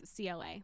CLA